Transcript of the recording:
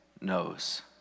knows